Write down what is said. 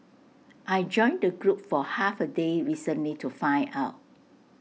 I joined the group for half A day recently to find out